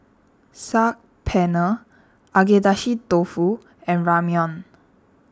Saag Paneer Agedashi Dofu and Ramyeon